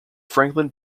franklin